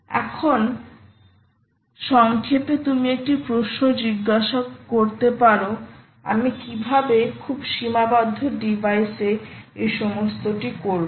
এখন সংক্ষেপে তুমি একটি প্রশ্ন জিজ্ঞাসা করতে পারো আমি কীভাবে খুব সীমাবদ্ধ ডিভাইসে এই সমস্তটি করব